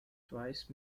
twice